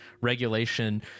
regulation